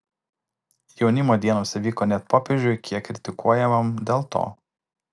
jaunimo dienos įvyko net popiežiui kiek kritikuojamam dėl to